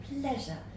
pleasure